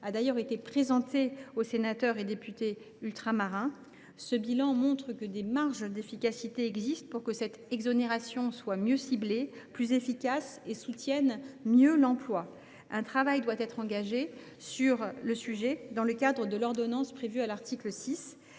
a déjà été présenté aux sénateurs et députés ultramarins. Ce bilan montre qu’il existe des marges d’efficacité pour que cette exonération soit mieux ciblée et plus efficace et pour qu’elle soutienne mieux l’emploi. Un travail doit être engagé sur le sujet dans le cadre de l’ordonnance prévue à l’article 6.